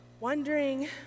Wondering